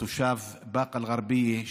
תושב באקה אל-גרבייה,